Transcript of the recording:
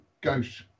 ghost